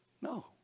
No